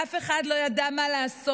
אף אחד לא ידע מה לעשות,